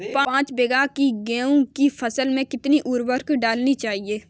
पाँच बीघा की गेहूँ की फसल में कितनी उर्वरक डालनी चाहिए?